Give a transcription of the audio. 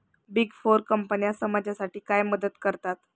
Big four कंपन्या समाजासाठी काय मदत करतात?